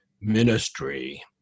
ministry